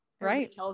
Right